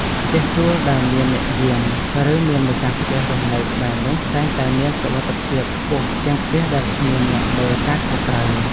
ផ្ទះជួលដែលមានអ្នកយាម ឬមានម្ចាស់ផ្ទះរស់នៅក្បែរនោះតែងតែមានសុវត្ថិភាពខ្ពស់ជាងផ្ទះដែលគ្មានអ្នកមើលការខុសត្រូវ។